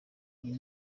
iyi